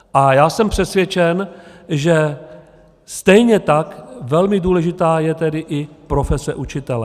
A já jsem přesvědčen, že stejně tak velmi důležitá je tedy i profese učitele.